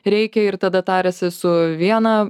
reikia ir tada tariasi su viena